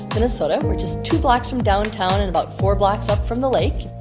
minnesota. we're just two blocks from downtown and about four blocks up from the lake.